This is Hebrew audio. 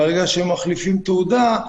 אם הם היו מחליפים תעודה,